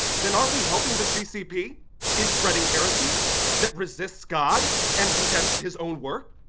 then aren't we helping the ccp in spreading heresy that resists god and condemns his own work?